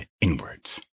inwards